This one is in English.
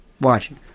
watching